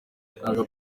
ntabwo